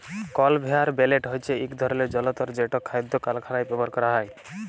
conveyor belt হছে ইক ধরলের জলতর যেট খাদ্য কারখালায় ব্যাভার ক্যরা হয়